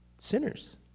Sinners